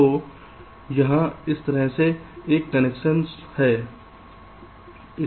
तो यहां इस तरह से एक कनेक्शन है ठीक है